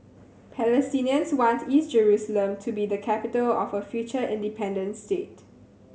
Palestinians want East Jerusalem to be the capital of a future independent state